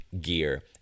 gear